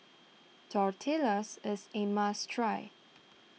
Tortillas is a must try